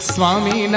Swami